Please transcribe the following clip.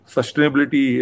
Sustainability